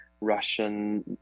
Russian